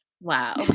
Wow